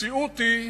המציאות היא,